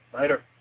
Later